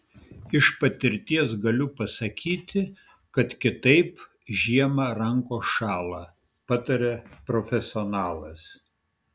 iš patirties galiu pasakyti kad kitaip žiemą rankos šąla pataria profesionalas